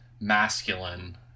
masculine